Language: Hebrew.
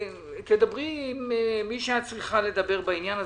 שתדברי עם מי שאת צריכה לדבר בעניין.